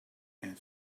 and